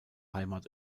heimat